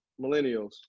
millennials